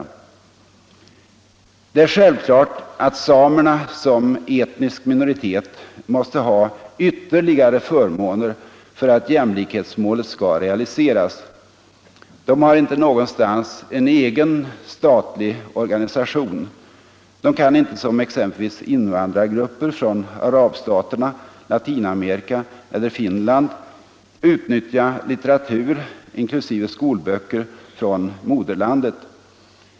Det är självklart att samerna som etnisk minoritet måste ha ytterligare förmåner för att jämlikhetsmålet skall realiseras. De har inte någonstans en egen statlig organisation. De kan inte som exempelvis invandrargrupper från arabstaterna, Latinamerika eller Finland utnyttja litteratur, inklusive skolböcker, från moderlandet.